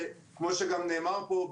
כפי שנאמר פה,